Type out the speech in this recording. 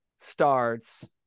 starts